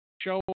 show